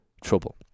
trouble